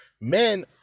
Men